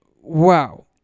Wow